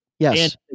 Yes